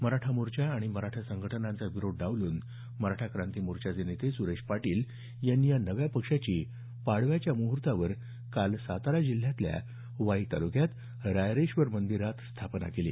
मराठा मोर्चा आणि मराठा संघटनांचा विरोध डावलून मराठा क्रांती मोर्चाचे नेते सुरेश पाटील यांनी या नव्या पक्षाची पाडव्याच्या मुहूर्तावर काल सातारा जिल्ह्याच्या वाई तालुक्यातल्या रायरेश्वर मंदिरात स्थापना केली